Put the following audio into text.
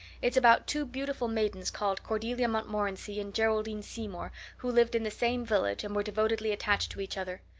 it's about two beautiful maidens called cordelia montmorency and geraldine seymour who lived in the same village and were devotedly attached to each other.